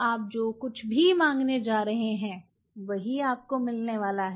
आप जो कुछ भी माँगने जा रहे हैं वही आपको मिलने वाला है